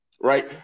right